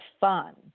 fun